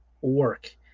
work